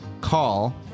call